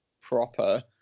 proper